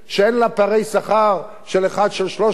שאין בה פערי שכר של 1 ל-300,